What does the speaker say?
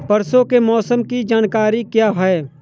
परसों के मौसम की जानकारी क्या है?